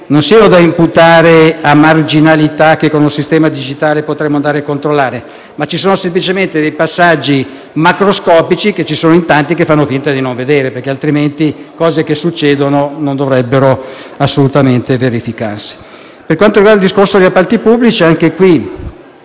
non siano da imputare a marginalità che con un sistema digitale potremmo andare a controllare; credo semplicemente che ci siano dei passaggi macroscopici che in tanti fanno finta di non vedere, altrimenti alcune cose che accadono non dovrebbero assolutamente verificarsi. Per quanto riguarda il discorso relativo agli appalti pubblici, anche qui